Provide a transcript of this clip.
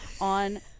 on